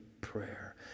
prayer